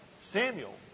Samuel